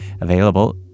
available